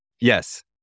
Yes